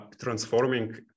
transforming